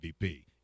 MVP